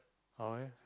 okay